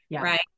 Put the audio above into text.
right